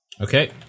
Okay